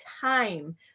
time